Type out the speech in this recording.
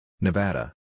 Nevada